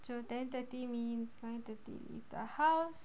so ten thirty means nine thirty leave the house